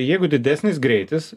jeigu didesnis greitis